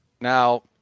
Now